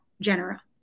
genera